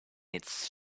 its